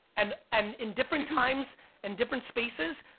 and and in different times and different spaces.